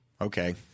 okay